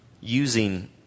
using